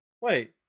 Wait